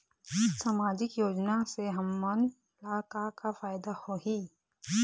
सामाजिक योजना से हमन ला का का फायदा होही?